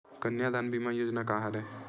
कन्यादान बीमा योजना का हरय?